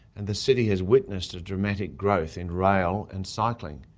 and the city has witnessed a dramatic growth in rail and cycling.